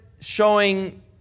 showing